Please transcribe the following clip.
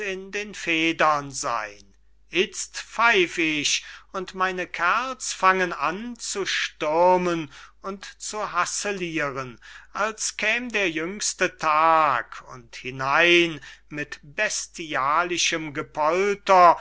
endlich auch der aebtissin itzt pfeif ich und meine kerls draussen fangen an zu stürmen und zu hasseliren als käm der jüngste tag und hinein mit pestialischem gepolter